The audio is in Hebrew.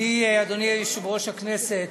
אדוני יושב-ראש הכנסת,